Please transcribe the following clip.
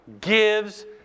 gives